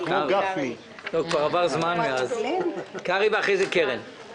קרעי, ואחריו קרן ברק.